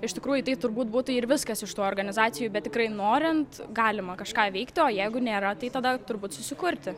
iš tikrųjų tai turbūt būtų ir viskas iš tų organizacijų bet tikrai norint galima kažką veikti o jeigu nėra tai tada turbūt susikurti